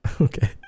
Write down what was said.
Okay